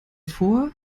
vor